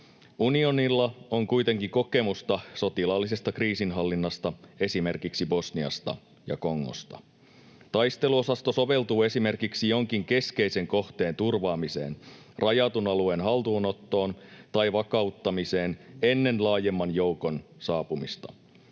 Unionilla on kuitenkin kokemusta sotilaallisesta kriisinhallinnasta esimerkiksi Bosniasta ja Kongosta. Taisteluosasto soveltuu esimerkiksi jonkin keskeisen kohteen turvaamiseen, rajatun alueen haltuunottoon tai vakauttamiseen ennen laajemman joukon saapumista.